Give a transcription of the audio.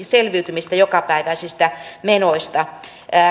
selviytymistä jokapäiväisistä menoista